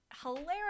Hilarious